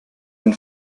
ein